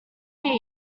feed